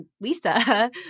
Lisa